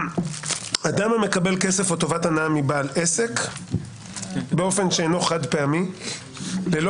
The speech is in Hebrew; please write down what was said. אדם המקבל כסף או טובת הנאה מבעל עסק באופן שאינו חד-פעמי ללא